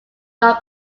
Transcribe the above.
non